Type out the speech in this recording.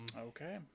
Okay